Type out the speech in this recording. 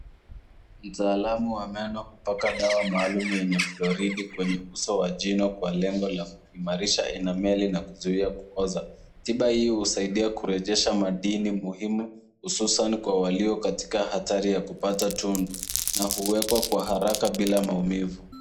Mtaalamu wa meno hupaka dawa maalum yenye floridi kwenye uso wa jino kwa lengo la kuimarisha enameli na kuzuia kuoza. Tiba hii husaidia kurejesha madini muhimu, hususan kwa walio katika hatari ya kupata tundu na kuwekekwa kwa haraka bila maumivu.